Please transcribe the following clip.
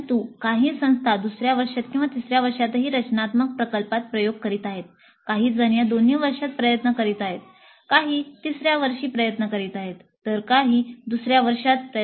परंतु काही संस्था दुसर्या वर्षात किंवा किंवा तिसर्या वर्षीही रचनात्मक प्रकल्पात प्रयोग करीत आहेत काहीजण या दोन्ही वर्षात प्रयत्न करीत आहेत काही तिसर्या वर्षी प्रयत्न करीत आहेत तर काही दुसर्या वर्षात